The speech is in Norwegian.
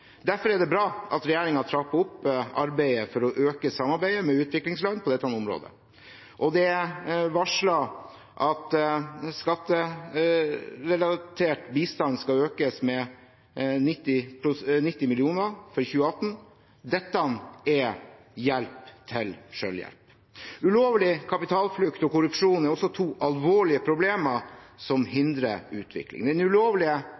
Derfor er det bra at regjeringen trapper opp arbeidet for å øke samarbeidet med utviklingsland på dette området. Og det er varslet at skatterelatert bistand skal økes med 90 mill. kr for 2018. Dette er hjelp til selvhjelp. Ulovlig kapitalflukt og korrupsjon er også to alvorlige problemer som hindrer utvikling. Den ulovlige